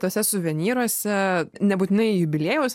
tuose suvenyruose nebūtinai jubiliejaus